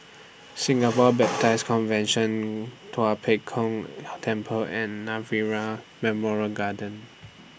Singapore Baptist Convention Tua Pek Kong Temple and Nirvana Memorial Garden